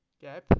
gap